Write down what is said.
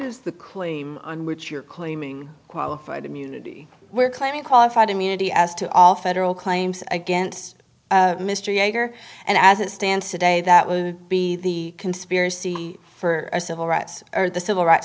is the claim on which you're claiming qualified immunity we're claiming qualified immunity as to all federal claims against mr yeager and as it stands today that would be the conspiracy for a civil rights or the civil rights